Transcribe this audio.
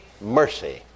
mercy